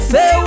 Say